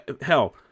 Hell